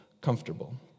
comfortable